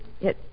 Yes